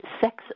sex